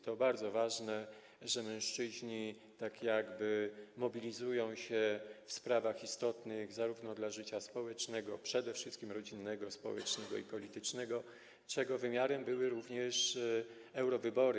To bardzo ważne, że mężczyźni mobilizują się w sprawach istotnych zarówno dla życia społecznego, jak i - przede wszystkim - rodzinnego, społecznego i politycznego, czego wymiarem były również eurowybory.